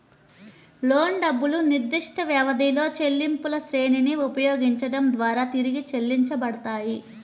లోను డబ్బులు నిర్దిష్టవ్యవధిలో చెల్లింపులశ్రేణిని ఉపయోగించడం ద్వారా తిరిగి చెల్లించబడతాయి